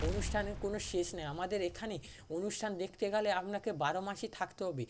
অনুষ্ঠানের কোনো শেষ নেই আমাদের এখানে অনুষ্ঠান দেখতে গেলে আপনাকে বারো মাসই থাকতে হবে